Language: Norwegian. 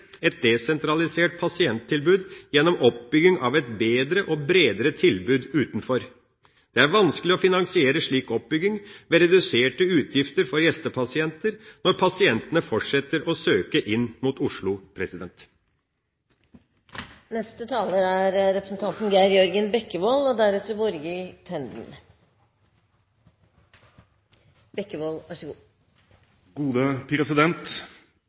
et desentralisert pasienttilbud gjennom oppbygging av et bedre og bredere tilbud utenfor. Det er vanskelig å finansiere slik oppbygging ved reduserte utgifter for gjestepasienter når pasientene fortsetter å søke inn mot Oslo.